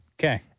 Okay